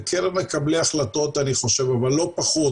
בקרב מקבלי החלטות אני חושב אבל לא פחות